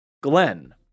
Glenn